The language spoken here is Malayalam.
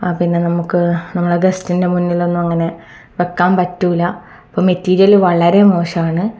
ആ പിന്നെ നമുക്ക് നമ്മുടെ ഗസ്റ്റ്ൻ്റെ മുന്നിലൊന്നും അങ്ങനെ വെക്കാൻ പറ്റില്ല അപ്പം മെറ്റീരിയൽ വളരെ മോശമാണ്